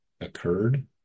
occurred